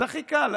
זה הכי קל.